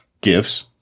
Gifts